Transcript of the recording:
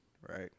right